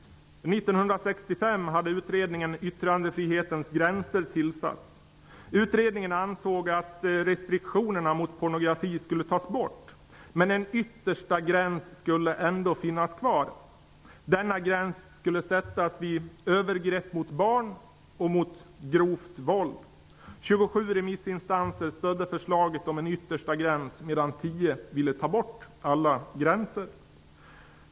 1965 hade utredningen Yttrandefrihetens gränser tillsatts. Utredningen ansåg att restriktionerna mot pornografi skulle tas bort, men en yttersta gräns skulle ändå finnas kvar. Denna gräns skulle sättas vid övergrepp mot barn och vid grovt våld. 27 remissinstanser stödde förslaget om en yttersta gräns, medan 10 ville ta bort alla gränser.